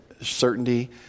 certainty